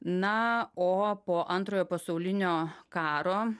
na o po antrojo pasaulinio karo